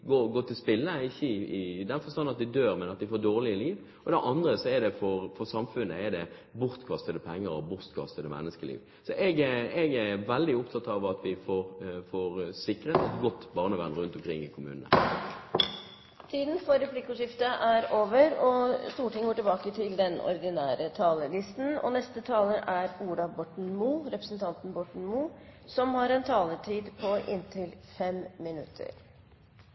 gå til spille – ikke i den forstand at en dør, men at en får dårlige liv. For det andre er det for samfunnet bortkastede penger og bortkastede menneskeliv. Så jeg er veldig opptatt av at vi får sikret et godt barnevern rundt omkring i kommunene. Replikkordskiftet er omme. La meg starte med å si at vi i dag behandler en spennende sektor som angår oss alle sammen på veldig mange vis. Jeg har